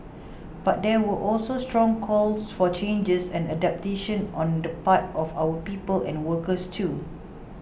but there were also strong calls for changes and adaptation on the part of our people and workers too